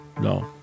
No